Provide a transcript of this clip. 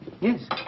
Yes